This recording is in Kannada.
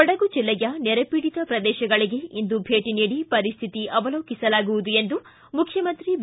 ಕೊಡಗು ಜಿಲ್ಲೆಯ ನೆರೆಪೀಡಿತ ಪ್ರದೇಶಗಳಿಗೆ ಇಂದು ಭೇಟ ನೀಡಿ ಪರಿಸ್ವಿತಿ ಅವಲೋಕಿಸಲಾಗುವುದು ಎಂದು ಮುಖ್ಯಮಂತ್ರಿ ಬಿ